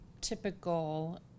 typical